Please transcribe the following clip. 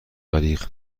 غریق